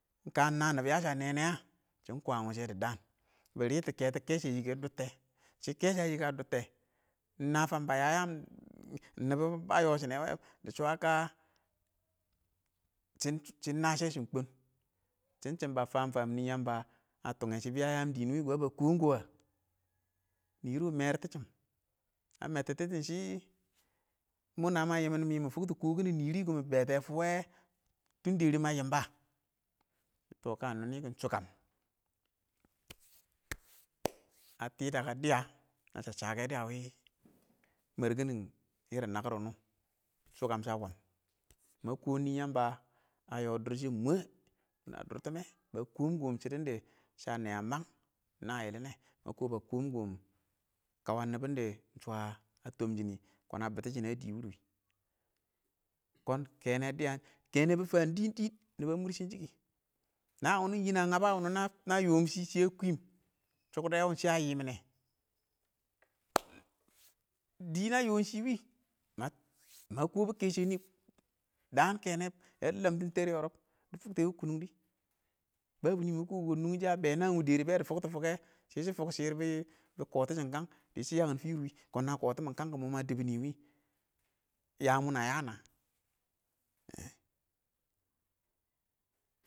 Kan ɪng nə nɪbɔ ə sha nɛ ɪng nə, shɪn ɪng kə wʊshɛ dɪ dəən, bɪ keto kɛshɛ wine yike dotte shɪ kɛshɛ ə yike dottɛ, ing nə fəm bə ya yaan ɪng nɪbɔ ba yo shine wɛ dɪ shɔ ə kə shɪn nashe shɪn kwan, shɪn chin ba fam fam nɪ yamba a tunge shɪ bɪ ya yaam dɪɪn wɪɪn fang bə kɔɔ-kɔɔ ɪng ə niri mertɪshɪ a mattitishim shɪ, mɔ nə mə yɪm mɪ fʊkto kokin niri kʊ mɪn bete fʊʊ we tun dɛrɪ ma yɪmba? tɔ ɪng kə nɔnɪ kʊ shɔkə a tɪ ɪng dəgə dɪyə nasha shəkɛ dʊ ə win mar kɪnɪn ɪrɪn nakɪr wunʊ wo, sho kəm sha wəm mə kɔɔ ing nɪ yamba aꞌ yɔɔ dɪrshɪn ɪng mwɛ, a dʊr tɪmmɛ ba kɔɔm-kɔɔm shɪdɪn dɛ shɪ ə nɛn ə məng ɪng nə yɪlɪn nɛ, mə kɔɔm bə kɔɔm-kɔɔm kəwə nɪbɪn dɛ bɪ shɔ ə tɪmshɪnɪ kɔɔn shɪ ə bɪtɪshɪnɛ ə dɪɪ wʊrɪ kɔɔn kɛnɛ dɪyə ,kɛnɛ bɪ fəm dɪn dɪn nɪbɔ ə mʊrshɪn shɪ kɪ, nəng wʊnʊ ɪng nɪ bə nyəbə wʊnʊ ɪng nə yɔɔn ɪng shɪ,shɪ ə kwɪm chʊkdɛ wʊ shɪ ə yɪmɪnɛ dɪ nə wɔɔ shiꞋ wɪ ɪng mə kɔbʊ kɛshɛ nɪ dəan kɛnɛ ə ləmtɪn tɛɛr ƴɔrɔ bɪ fʊktɔ wɪ kʊnʊngdɪ, bəbʊ ɪng nɪ ɪng məkɔɔm ɪng nʊngyɪnsɪn ə bɛn ɪng nəng wɪ dɛrɛ bɪ fʊktʊ fʊkɛ, shɪ fokshir bɪ kɔtɪshɪn kan shɪ yangin fɪrɪ wɪɪn kʊn na kɔtɪmɪn kʊn ma dɛbʊ nɪɪ wɪɪn yaam wʊ na ya naa?.